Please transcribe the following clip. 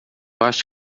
acho